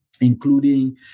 including